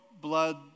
blood